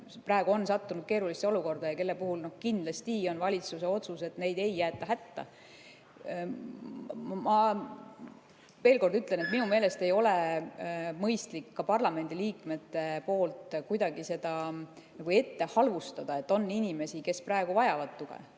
praegu on sattunud keerulisse olukorda ja kelle puhul kindlasti on valitsuse otsus, et neid ei jäeta hätta. Ma veel kord ütlen, et minu meelest ei ole mõistlik ka parlamendiliikmetel kuidagi seda ette halvustada. On inimesi, kes praegu vajavad tuge,